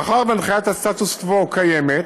מאחר שהנחיית הסטטוס-קוו קיימת,